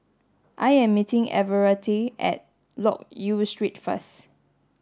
I am meeting Everette at Loke Yew Street first